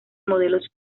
modelos